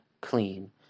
clean